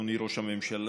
אדוני ראש הממשלה,